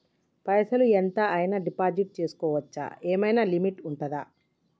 పైసల్ ఎంత అయినా డిపాజిట్ చేస్కోవచ్చా? ఏమైనా లిమిట్ ఉంటదా?